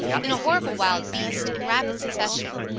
then a horrible wild beast, in rapid succession.